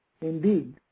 indeed